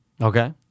Okay